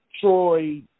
Troy